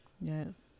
Yes